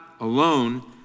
alone